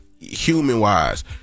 human-wise